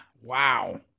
wow